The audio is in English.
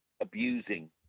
abusing